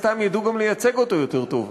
ומן הסתם ידעו גם לייצג אותו יותר טוב.